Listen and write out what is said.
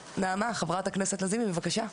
חברת הכנסת נעמה לזימי, בבקשה.